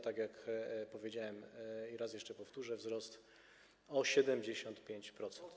Tak jak powiedziałem i raz jeszcze powtórzę: wzrost o 75%.